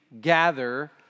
gather